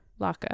laka